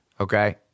okay